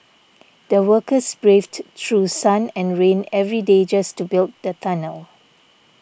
the workers braved through sun and rain every day just to build the tunnel